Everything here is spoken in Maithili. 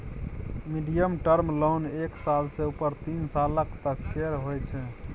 मीडियम टर्म लोन एक साल सँ उपर तीन सालक तक केर होइ छै